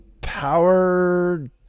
power